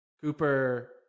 Cooper